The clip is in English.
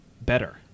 better